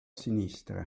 sinistra